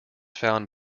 found